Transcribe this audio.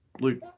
Luke